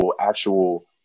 actual